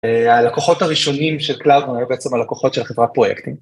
הלקוחות הראשונים של קלארגון היו בעצם הלקוחות של חברת פרויקטים.